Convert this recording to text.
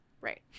Right